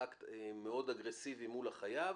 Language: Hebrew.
אקט מאוד אגרסיבי מול החייב,